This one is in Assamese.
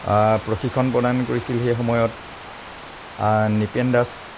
প্ৰশিক্ষণ প্ৰদান কৰিছিল সেই সময়ত নিপেন দাস